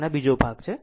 આ બીજું ભાગ છે